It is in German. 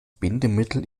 bindemittel